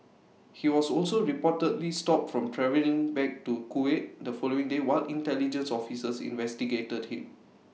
he was also reportedly stopped from travelling back to Kuwait the following day while intelligence officers investigated him